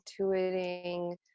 intuiting